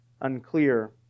unclear